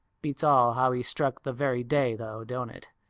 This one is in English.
beats all how he struck the very day though, don't it?